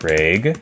Craig